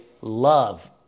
love